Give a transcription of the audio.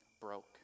broke